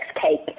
cake